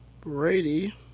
Brady